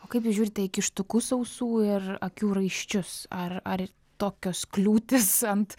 o kaip jūs žiūrite į kištukus ausų ir akių raiščius ar ar tokios kliūtys ant